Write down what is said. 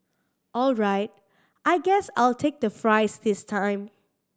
all right I guess I'll take the fries this time